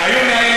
היו 100,000